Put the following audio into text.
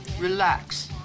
Relax